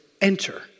Enter